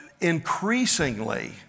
increasingly